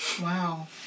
Wow